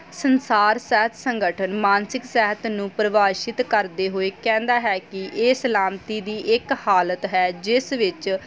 ਸੰਸਾਰ ਸਹਿਤ ਸੰਗਠਨ ਮਾਨਸਿਕ ਸਿਹਤ ਨੂੰ ਪ੍ਰਭਾਸ਼ਿਤ ਕਰਦੇ ਹੋਏ ਕਹਿੰਦਾ ਹੈ ਕਿ ਇਹ ਸਲਾਮਤੀ ਦੀ ਇੱਕ ਹਾਲਤ ਹੈ ਜਿਸ ਵਿੱਚ